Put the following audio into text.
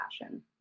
passion